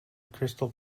crystal